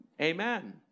Amen